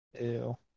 Ew